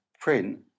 print